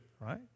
right